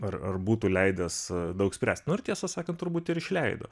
ar ar būtų leidęs daug spręst nu ir tiesą sakant turbūt ir išleido